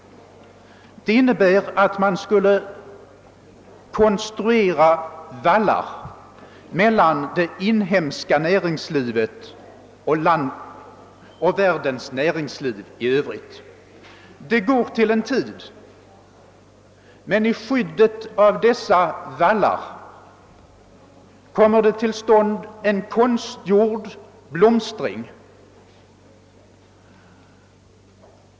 Ett sådant avskärmande innebär att man bygger vallar mellan det inhemska näringslivet och världens näringsliv i övrigt. Det kan man göra till en tid, men i skyddet av sådana vallar blir det en konstgjord blomstring.